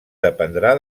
dependrà